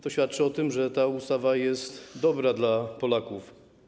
To świadczy o tym, że ta ustawa jest dobra dla Polaków.